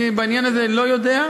ובעניין הזה אני לא יודע.